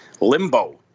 limbo